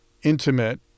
intimate